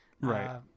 Right